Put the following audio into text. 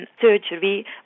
surgery